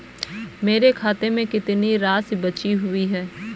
मेरे खाते में कितनी राशि बची हुई है?